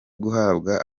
guhabwa